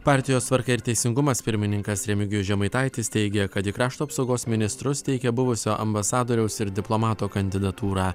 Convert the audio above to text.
partijos tvarka ir teisingumas pirmininkas remigijus žemaitaitis teigia kad į krašto apsaugos ministrus teikia buvusio ambasadoriaus ir diplomato kandidatūrą